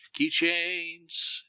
keychains